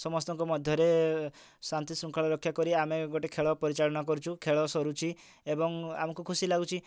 ସମସ୍ତଙ୍କ ମଧ୍ୟରେ ଶାନ୍ତି ଶୃଙ୍ଖଳା ରକ୍ଷା କରି ଆମେ ଗୋଟେ ଖେଳ ପରିଚାଳନା କରୁଛୁ ଖେଳ ସରୁଛି ଏବଂ ଆମକୁ ଖୁସି ଲାଗୁଛି